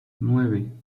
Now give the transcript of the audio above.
nueve